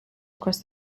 across